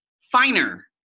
finer